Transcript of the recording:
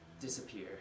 disappear